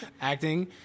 acting